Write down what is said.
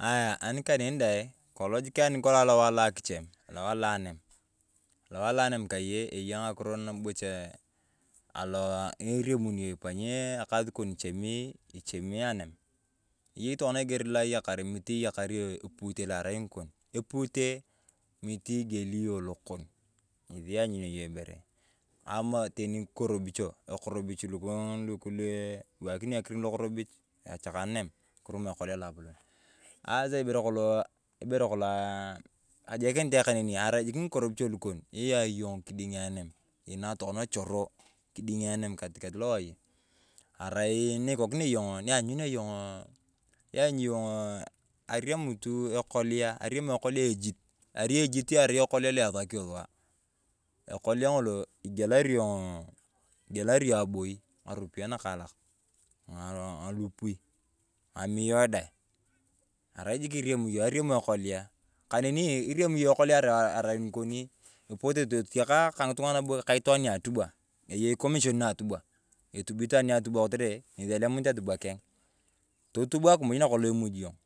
Ayaa ani kaneni dae, kolong jik alowae alo akichem, alowae alo anam. Alowae alo anam kaye, eyaa ng’akiro nn anam bocha alowae nu iriamuni yong ipany ekasi kon ichemi anam. Eyei tokona eger lo eyakar, mitii eyakar yong epute lo arai ng’ikon. Epute mitii egilei yong lokon, ng'esi iyanyuna yong ibere. Amaa teni ng’ikorobicho, ekorobich ng'esi iwakini akiring lokorobich, tochakaa nani kirami ekolia loapolon. Asaa ibere kolong aah kajokinit ayong kaneni arai jik ng’ikorobicho lukon iyaa yong kidding anam, inaa tokona choroo, kidding anam katikatii lowae yee. Arai ni ikokinia yong ni iyanyunia yong ariam tu ekolea, ariam ekolea ejit, arai ejit ekolea lo esakio sua. Ekolea ng’olo egielari yong aboi ng’aropiyae na kalak ng’alupui, ng'akiro dae. Arai jik ng'ikoni ipute totiakaa ka itwaan niatubwa, kaa itwaan ni atubwa kotere ng’esi elemunit atubwa keng. Tolub akimuj na kolong imuji yong